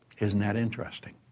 isn't that interesting?